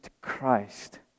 Christ